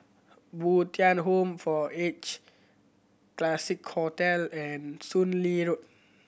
Bo Tien Home for Aged Classique Hotel and Soon Lee Road